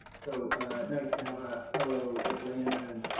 so nice to have a fellow atlantan